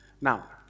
Now